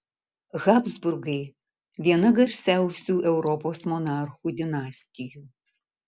habsburgai viena garsiausių europos monarchų dinastijų